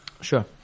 Sure